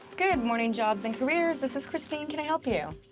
good morning, jobs and careers. this is cristine. can i help you?